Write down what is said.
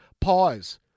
pies